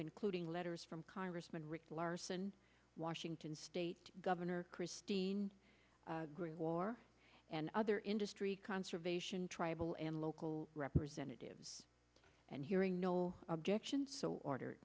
including letters from congressman rick larsen washington state governor christine gregoire and other industry conservation tribal and local representatives and hearing no objection so order